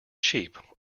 cheap